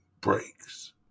breaks